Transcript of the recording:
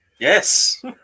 Yes